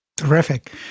Terrific